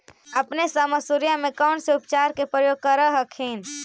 अपने सब मसुरिया मे कौन से उपचार के प्रयोग कर हखिन?